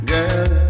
Girl